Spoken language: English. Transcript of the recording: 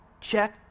check